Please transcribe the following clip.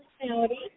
personality